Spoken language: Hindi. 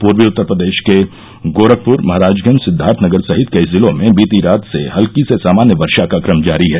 पूर्वी उत्तर प्रदेश के गोरखपुर महराजगंज सिद्दार्थनगर सहित कई जिलों में बीती रात से हल्की से सामान्य वर्षा का क्रम जारी है